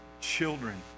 children